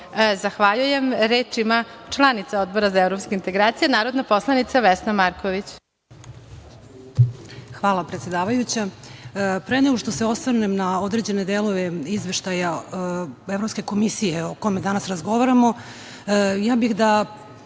Zahvaljujem. Reč ima članica Odbora za evropske integracije, narodna poslanica Vesna Marković. **Vesna Marković** Hvala, predsedavajuća. Pre nego što se osvrnem na određene delove Izveštaja Evropske komisije, o kome danas razgovaramo, naglasila